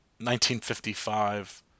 1955